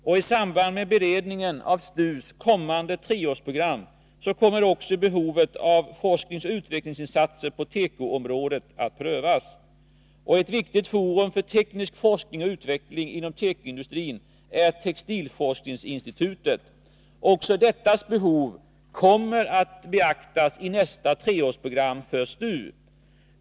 I samband med beredningen av STU:s kommande treårsprogram kommer också behovet av forskningsoch utvecklingsinsatser på tekoområdet att prövas. Ett viktigt forum för teknisk forskning och utveckling inom tekoindustrin är textilforskningsinstitutet. Också dettas behov kommer att beaktas i nästa treårsprogram för STU.